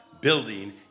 building